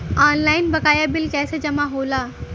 Online बकाया bill कैसे जमा होला?